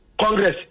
Congress